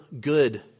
good